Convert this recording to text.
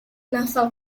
nasal